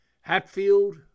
Hatfield